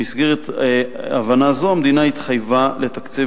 במסגרת הבנה זו המדינה התחייבה לתקצב